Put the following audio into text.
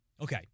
Okay